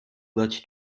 clutch